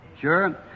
Sure